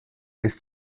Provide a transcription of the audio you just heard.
ist